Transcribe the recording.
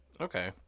Okay